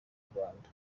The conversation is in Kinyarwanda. rwanda